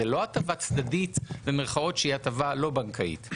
זאת לא הטבה "צדדית" שהיא הטבה לא בנקאית.